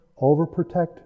overprotect